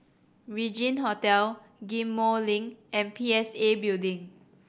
Regin Hotel Ghim Moh Link and P S A Building